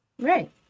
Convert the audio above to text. Right